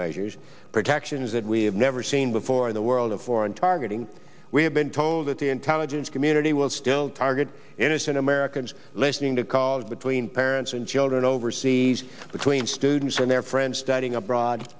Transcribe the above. measures protections that we have never seen before in the world of foreign targeting we have been told that the intelligence community will still target innocent americans listening to calls between parents and children overseas between students and their friends studying abroad